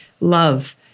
love